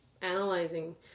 analyzing